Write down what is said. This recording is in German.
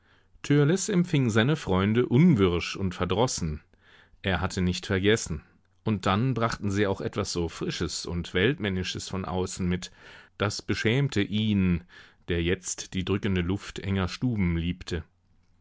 empfing seine freunde unwirsch und verdrossen er hatte nicht vergessen und dann brachten sie auch etwas so frisches und weltmännisches von außen mit das beschämte ihn der jetzt die drückende luft enger stuben liebte